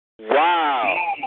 Wow